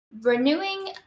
renewing